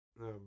no